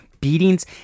beatings